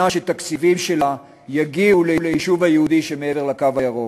שתקציבים שלהם יגיעו ליישוב היהודי שמעבר לקו הירוק.